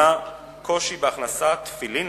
(25 בנובמבר 2009): לדברי מטיילים רבים הנכנסים לירדן,